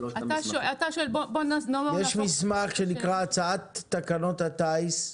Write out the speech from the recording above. יש מסמך שנקרא "הצעות תקנות הטיס,